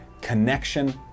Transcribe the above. connection